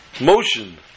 motion